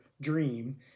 dream